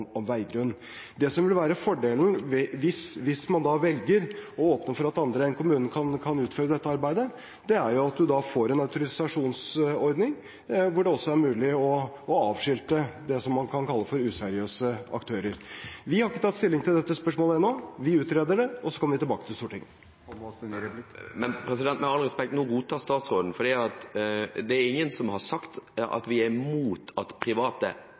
veigrunn. Det som vil være fordelen hvis man da velger å åpne for at andre enn kommunen kan utføre dette arbeidet, er jo at man får en autorisasjonsordning hvor det også er mulig å avskilte det som man kan kalle for useriøse aktører. Vi har ikke tatt stilling til dette spørsmålet ennå, vi utreder det, og så kommer vi tilbake til Stortinget. Med all respekt, nå roter statsråden, for det er ingen som har sagt at de er imot at private